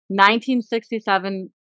1967